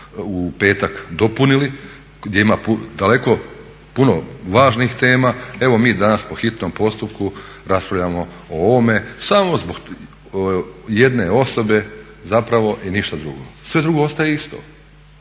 u petak dopunili, gdje ima daleko puno važnih tema, evo mi danas po hitnom postupku raspravljamo o ovome samo zbog jedne osobe zapravo i ništa drugo. Sve drugo ostaje isto